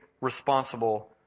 responsible